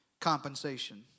compensation